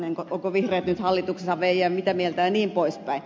ovatko vihreät nyt hallituksessa ja mitä mieltä he ovat jnp